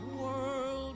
world